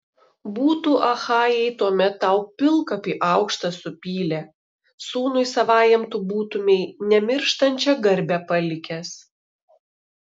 būtų achajai tuomet tau pilkapį aukštą supylę sūnui savajam tu būtumei nemirštančią garbę palikęs